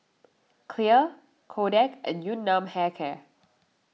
Clear Kodak and Yun Nam Hair Care